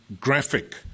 graphic